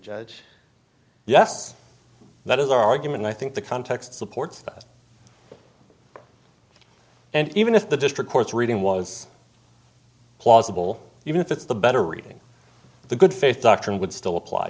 judge yes that is argument i think the context supports that and even if the district court's reading was plausible even if it's the better reading the good faith doctrine would still appl